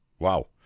Wow